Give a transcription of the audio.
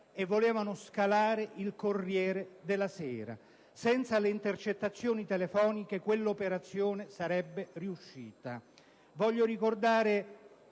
Antonveneta e il «Corriere della Sera»: senza le intercettazioni telefoniche quell'operazione sarebbe riuscita. Voglio ricordare